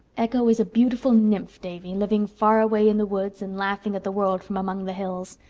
echo is a beautiful nymph, davy, living far away in the woods, and laughing at the world from among the hills.